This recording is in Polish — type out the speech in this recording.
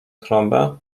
trąbę